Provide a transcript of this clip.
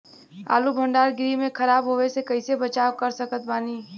आलू भंडार गृह में खराब होवे से कइसे बचाव कर सकत बानी?